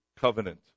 Covenant